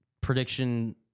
prediction